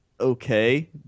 okay